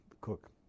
cook